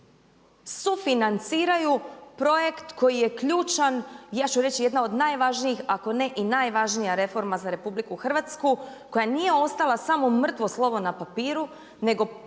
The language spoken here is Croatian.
sufinanciraju projekt koji je ključan, ja ću reći jedna od najvažnijih, ako ne i najvažnija reforma za Republiku Hrvatsku koja nije ostala samo mrtvo slovo na papiru nego po